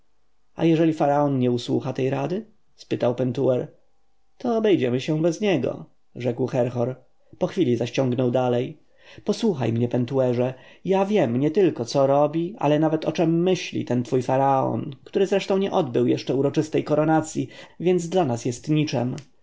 a jeżeli faraon nie usłucha tej rady spytał pentuer to obejdziemy się bez niego rzekł herhor po chwili zaś ciągnął dalej posłuchaj mnie pentuerze ja wiem nietylko co robi ale nawet o czem myśli ten twój faraon który zresztą nie odbył jeszcze uroczystej koronacji więc dla nas jest niczem